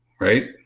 Right